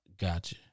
gotcha